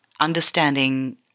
understanding